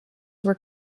are